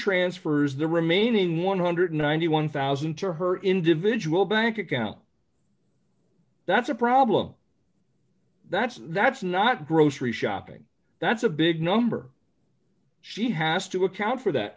transfers the remaining one hundred and ninety one thousand and two her individual bank account that's a problem that's that's not grocery shopping that's a big number she has to account for that